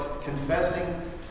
confessing